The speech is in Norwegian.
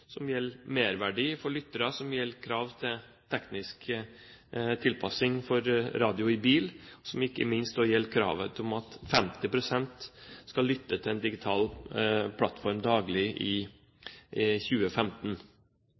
som litt diffuse, bl.a. kriteriene om merverdi for lyttere og krav til teknisk tilpassing for radio i bil, og ikke minst gjelder det kravet om at 50 pst. skal lytte til en digital plattform daglig i 2015.